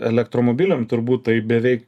elektromobiliam turbūt tai beveik